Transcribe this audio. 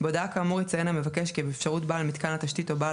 בהודעה כאמור יציין המבקש כי באפשרות בעל מתקן התשתית או בעל